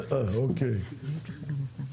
בבקשה.